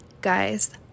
guys